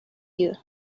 you